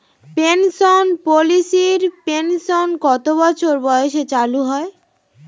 Pension পলিসির pension কত বছর বয়সে চালু হয়?